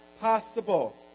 possible